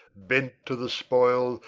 bent to the spoil,